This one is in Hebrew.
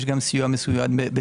יש גם סיוע בתעסוקה.